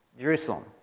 Jerusalem